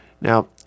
Now